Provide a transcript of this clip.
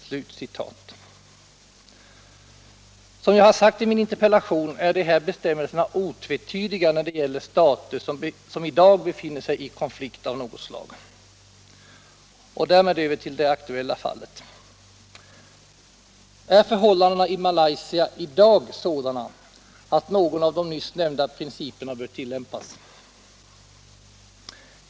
Som jag har sagt i min interpellation är de här bestämmelserna otvetydiga när det gäller stater som i dag befinner sig i konflikt av något slag. Och därmed över till det aktuella fallet. Är förhållandena i Malaysia i dag sådana att någon av de nyss nämnda principerna bör tillämpas?